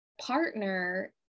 partner